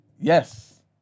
Yes